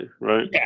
right